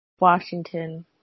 Washington